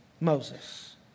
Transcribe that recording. Moses